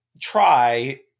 try